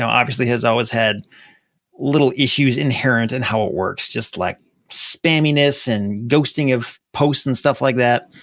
so obviously, has always had little issues inherent in how it works. just like, spaminess and ghosting of posts, and stuff like that,